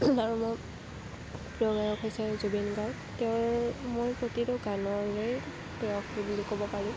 আৰু মোৰ প্ৰিয় গায়ক হৈছে জুবিন গাৰ্গ তেওঁৰ মোৰ প্ৰতিটো গানেই মোৰ প্ৰিয় বুলি ক'ব পাৰি